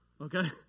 Okay